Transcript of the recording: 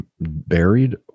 buried